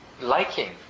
liking